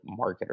marketer